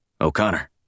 O'Connor